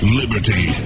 liberty